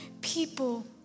people